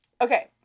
Okay